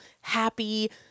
happy